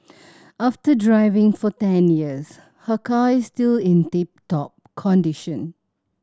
after driving for ten years her car is still in tip top condition